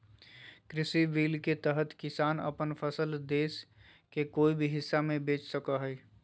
कृषि बिल के तहत किसान अपन फसल देश के कोय भी हिस्सा में बेच सका हइ